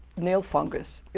nail fungus.